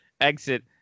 exit